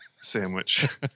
sandwich